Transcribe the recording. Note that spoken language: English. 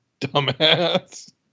dumbass